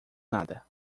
nada